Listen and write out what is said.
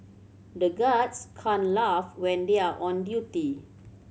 the guards can't laugh when they are on duty